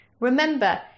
remember